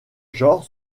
genre